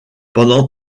pendant